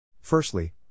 Firstly